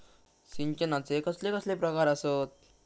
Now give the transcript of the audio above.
सिंचनाचे कसले कसले प्रकार आसत?